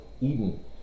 Eden